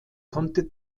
konnte